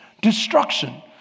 destruction